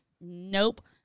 Nope